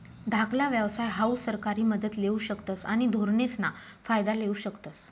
धाकला व्यवसाय हाऊ सरकारी मदत लेवू शकतस आणि धोरणेसना फायदा लेवू शकतस